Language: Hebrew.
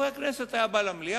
חבר הכנסת היה בא למליאה,